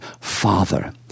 father